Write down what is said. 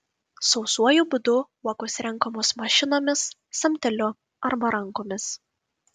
sausuoju būdu uogos renkamos mašinomis samteliu arba rankomis